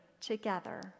together